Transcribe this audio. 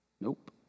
Nope